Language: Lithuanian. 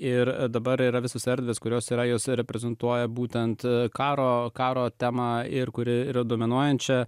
ir dabar yra visos erdvės kurios yra jos reprezentuoja būtent karo karo temą ir kuri yra dominuojančią